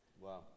Wow